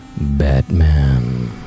Batman